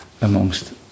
amongst